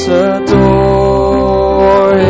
adore